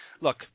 Look